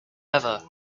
ever